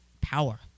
power